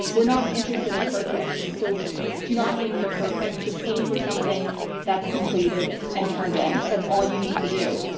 we're not interested in perfect, so do not aim for perfect. just aim for something that's completed and turned in. that's all you need to do.